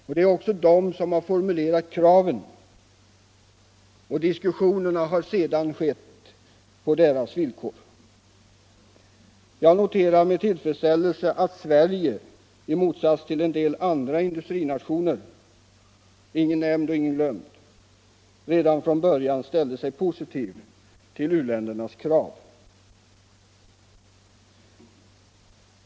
Men det är också de som har formulerat kraven, och diskussionerna har sedan förts på deras villkor. Jag noterar med tillfredsställelse att Sverige i motsats till en del andra industrinationer — ingen nämnd och ingen glömd — redan från början ställde sig positivt till u-ländernas krav.